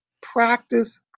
practice